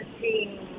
team